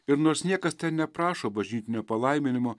ir nors niekas teneprašo bažnytinio palaiminimo